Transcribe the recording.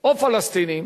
או פלסטינים